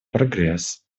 прогресс